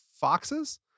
foxes